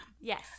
Yes